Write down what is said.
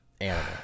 animal